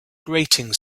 grating